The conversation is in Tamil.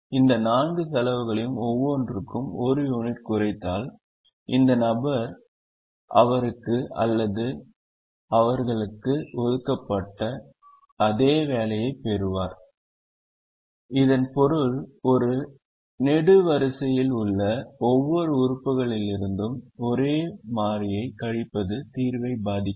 இந்த 4 செலவுகளையும் ஒவ்வொன்றும் 1 யூனிட் குறைத்தால் இந்த நபர் அவருக்கு அல்லது அவளுக்கு ஒதுக்கப்பட்ட அதே வேலையைப் பெறுவார் இதன் பொருள் ஒரு நெடுவரிசையில் உள்ள ஒவ்வொரு உறுப்புகளிலிருந்தும் ஒரே மாறியைக் கழிப்பது தீர்வைப் பாதிக்காது